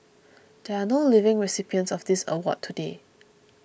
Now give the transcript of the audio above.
there are no living recipients of this award today